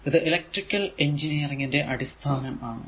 ഇത് electrical engineering ന്റെ അടിസ്ഥാനം ആണ്